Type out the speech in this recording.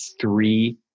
three